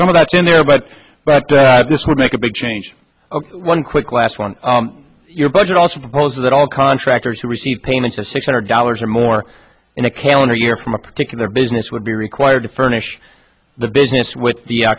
some of that's in there but this would make a big change one quick last one your budget also proposes that all contractors who receive payments of six hundred dollars or more in a calendar year from a particular business would be required to furnish the business with the